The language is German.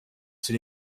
sie